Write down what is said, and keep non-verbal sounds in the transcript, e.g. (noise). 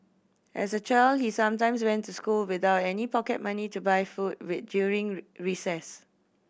as a child he sometimes went to school without any pocket money to buy food with during (unintelligible) recess